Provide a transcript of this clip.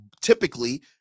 typically